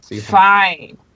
fine